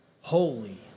holy